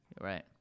Right